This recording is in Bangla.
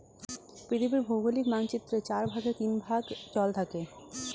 পৃথিবীর ভৌগোলিক মানচিত্রের চার ভাগের তিন ভাগ জল থাকে